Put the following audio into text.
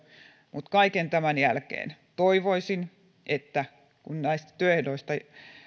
mutta kaiken tämän jälkeen toivoisin kun näistä työehdoista